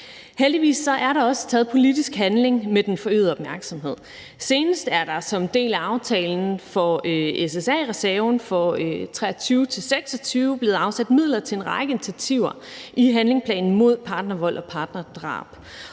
Heldigvis er der også taget politisk handling med den forøgede opmærksomhed. Senest er der som en del af aftalen for SSA-reserven for 2023-2026 blevet afsat midler til en række initiativer i »Handlingsplan mod partnervold og partnerdrab«,